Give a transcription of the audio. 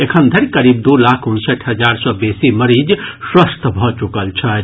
एखन धरि करीब दू लाख उनसठि हजार सँ बेसी मरीज स्वस्थ भऽ चुकल छथि